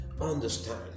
understand